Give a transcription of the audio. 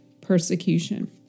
persecution